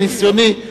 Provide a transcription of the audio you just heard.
מניסיוני,